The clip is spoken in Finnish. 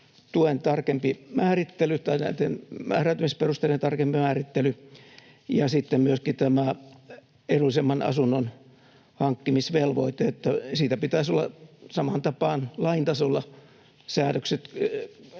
tuo asumistuen määräytymisperusteiden tarkempi määrittely ja sitten myöskin tämä edullisemman asunnon hankkimisvelvoite, että siitä pitäisi olla samaan tapaan lain tasolla säännökset